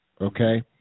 Okay